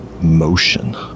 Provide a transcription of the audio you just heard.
motion